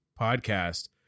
podcast